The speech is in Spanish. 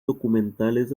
documentales